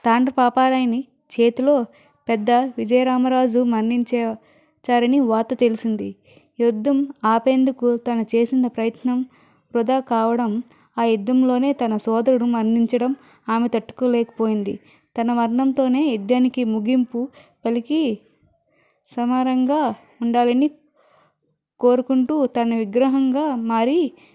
తాండ పాపారాయిని చేతిలో పెద్ద విజయరామరాజు మన్నించారిని వార్త తెలిసింది యుద్ధం ఆపేందుకు తన చేసిన ప్రయత్నం వృధా కావడం ఆ యుద్ధంలోనే తన సోదరుడు మరణించడం ఆమె తట్టుకోలేకపోయింది తన మరణంతోనే యుద్ధానికి ముగింపు పలికి సమానంగా ఉండాలని కోరుకుంటూ తన విగ్రహంగా మారి